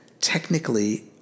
Technically